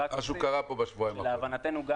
להבנתנו,